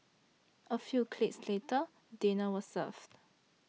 a few clicks later dinner was served